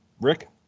Rick